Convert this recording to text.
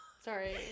Sorry